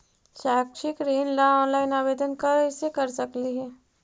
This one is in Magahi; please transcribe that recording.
शैक्षिक ऋण ला ऑनलाइन आवेदन कैसे कर सकली हे?